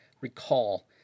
recall